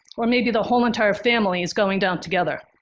or maybe the whole entire family is going down together.